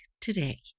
today